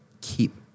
keep